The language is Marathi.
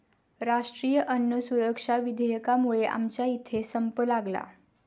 राष्ट्रीय अन्न सुरक्षा विधेयकामुळे आमच्या इथे संप लागला